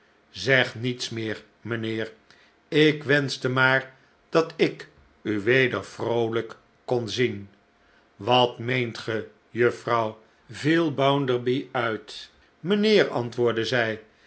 zeg niets meer rnijnheer ik wenschte maar dat ik u weder vroolijk kon zien wat meent ge juffrouw viel bounderby uit mijnheer antwoordde zij